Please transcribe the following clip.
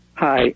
Hi